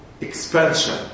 expansion